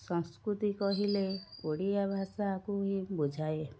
ସଂସ୍କୃତି କହିଲେ ଓଡ଼ିଆଭାଷାକୁ ହିଁ ବୁଝାଏ